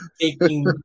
Taking